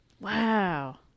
Wow